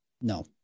no